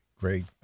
Great